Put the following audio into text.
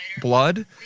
blood